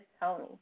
Tony